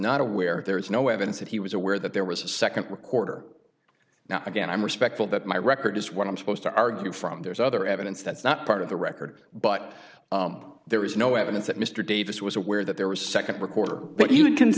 not aware there is no evidence that he was aware that there was a nd recorder now again i'm respectful that my record is what i'm supposed to argue from there's other evidence that's not part of the record but there is no evidence that mr davis was aware that there was nd recorder but